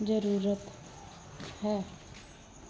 ਜ਼ਰੂਰਤ ਹੈ